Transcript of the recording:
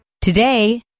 Today